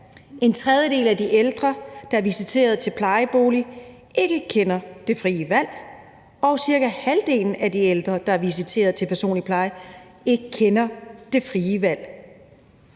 en tredjedel af de ældre, der er visiteret til en plejebolig, ikke kender det frie valg, og at cirka halvdelen af de ældre, der er visiteret til personlig pleje, ikke kender det frie valg.